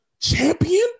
champion